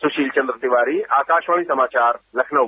सुशील चंद्र तिवारी आकाशवाणी समाचार लखनऊ